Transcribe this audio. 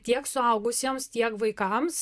tiek suaugusiems tiek vaikams